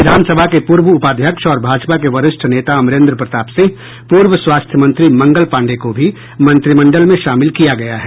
विधानसभा के पूर्व उपाध्यक्ष और भाजपा के वरिष्ठ नेता अमरेन्द्र प्रताप सिंह पूर्व स्वास्थ्य मंत्री मंगल पांडेय को भी मंत्रिमंडल में शामिल किया गया है